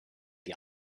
die